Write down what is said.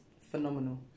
phenomenal